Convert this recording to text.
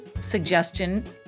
suggestion